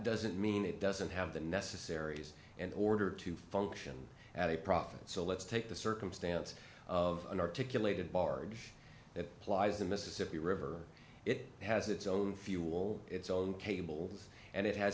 doesn't mean it doesn't have the necessaries and order to function at a profit so let's take the circumstance of an articulated barge that applies the mississippi river it has its own fuel its own cable and it has